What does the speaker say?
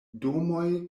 domoj